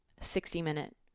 60-minute